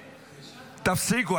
תפסיקו.